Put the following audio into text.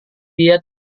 dia